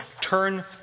turn